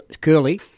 Curly